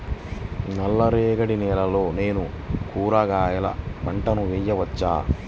నల్ల రేగడి నేలలో నేను కూరగాయల పంటను వేయచ్చా?